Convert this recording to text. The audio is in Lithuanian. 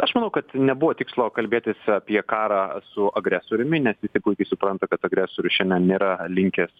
aš manau kad nebuvo tikslo kalbėtis apie karą su agresoriumi nes visi puikiai supranta kad agresorius šiandien nėra linkęs